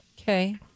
Okay